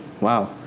Wow